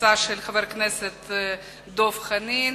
הצעה של חבר הכנסת דב חנין,